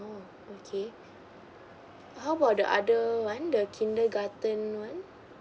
oo okay how about the other one the kindergarden one